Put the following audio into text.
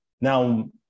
Now